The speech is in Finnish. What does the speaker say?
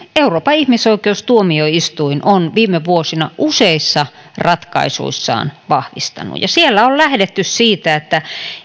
euroopan ihmisoikeustuomioistuin on viime vuosina useissa ratkaisuissaan vahvistanut siellä on lähdetty siitä että